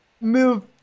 move